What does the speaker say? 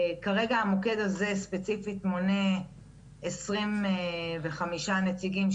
כרגע המוקד הזה ספציפית מונה עשרים וחמישה נציגים,